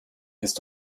ist